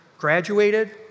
Graduated